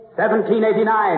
1789